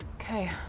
Okay